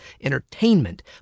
entertainment